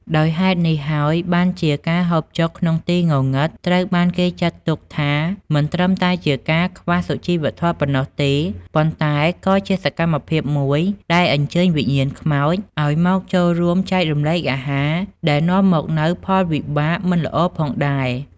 ដោយហេតុនេះហើយបានជា ការហូបចុកក្នុងទីងងឹតត្រូវបានគេចាត់ទុកថាមិនត្រឹមតែជាការខ្វះសុជីវធម៌ប៉ុណ្ណោះទេ ប៉ុន្តែក៏ជាសកម្មភាពមួយដែលអាចអញ្ជើញវិញ្ញាណខ្មោចឲ្យមកចូលរួមចែករំលែកអាហារ ដែលនាំមកនូវផលវិបាកមិនល្អផងដែរ ។